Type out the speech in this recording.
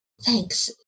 Thanks